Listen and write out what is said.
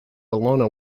bellona